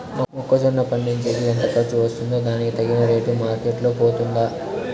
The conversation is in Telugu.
మొక్క జొన్న పండించేకి ఎంత ఖర్చు వస్తుందో దానికి తగిన రేటు మార్కెట్ లో పోతుందా?